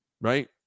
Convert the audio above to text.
right